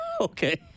Okay